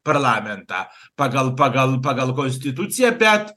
parlamentą pagal pagal pagal konstituciją bet